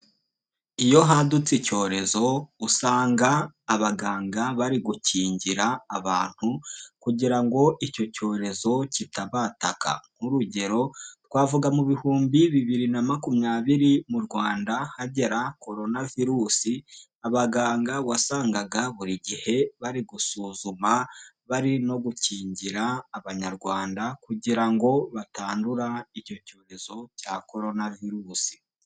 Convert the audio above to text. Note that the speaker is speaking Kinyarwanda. Iyo hadutse icyorezo, usanga abaganga bari gukingira abantu kugira ngo icyo cyorezo kitabataka. Nk'urugero, twavuga mu bihumbi bibiri na makumyabiri mu Rwanda hagera Korona virusi, abaganga wasangaga buri gihe bari gusuzuma, bari no gukingira abanyarwanda, kugira ngo batandura icyo cyorezo cya Korona virusi.